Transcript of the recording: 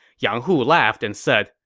yang hu laughed and said,